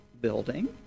building